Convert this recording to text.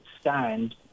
stand